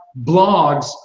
blogs